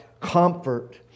Comfort